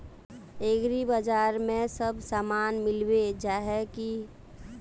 एग्रीबाजार में सब सामान मिलबे जाय है की?